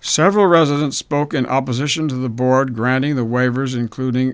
several residents spoke in opposition to the board granting the waivers including